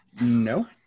no